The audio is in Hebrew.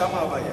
שם הבעיה.